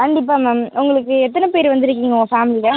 கண்டிப்பாக மேம் உங்களுக்கு எத்தனை பேர் வந்திருக்கீங்க உங்கள் ஃபேம்லியில்